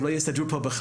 הם לא יסתדרו פה בכלל,